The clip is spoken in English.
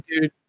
dude